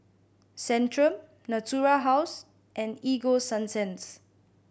Centrum Natura House and Ego Sunsense